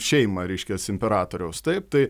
šeimą reiškias imperatoriaus taip tai